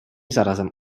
zarazem